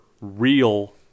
real